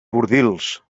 bordils